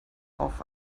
auf